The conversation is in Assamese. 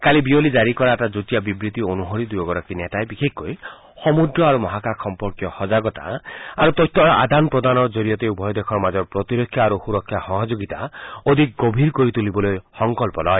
কালি বিয়লি জাৰি কৰা এটা যুটীয়া বিবৃতি অনুসৰি দুয়োগৰাকী নেতাই বিশেষকৈ সমুদ্ৰ আৰু মহাকাশ সম্পৰ্কীয় সজাগতা আৰু তথ্যৰ আদান প্ৰদানৰ জৰিয়তে উভয় দেশৰ মাজৰ প্ৰতিৰক্ষা আৰু সুৰক্ষা সহযোগিতা অধিক গভীৰ কৰি তুলিবলৈ সংকল্প লয়